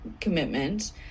commitment